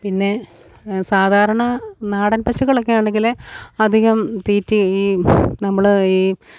പിന്നെ സാധാരണ നാടൻ പശുക്കളൊക്കെ ആണെങ്കില് അധികം തീറ്റയീ നമ്മള് ഈ